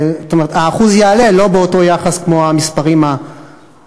האחוז יעלה לא באותו יחס כמו המספרים המוחלטים.